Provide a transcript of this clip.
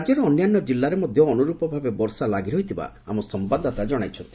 ରାଜ୍ୟର ଅନ୍ୟାନ୍ୟ ଜିଲ୍ଲାରେ ମଧ୍ୟ ଅନୁରୂପ ଭାବେ ବର୍ଷା ଲାଗି ରହିଥିବା ଆମ ସମ୍ଭାଦଦାତା ଜଣାଇଛନ୍ତି